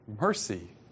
mercy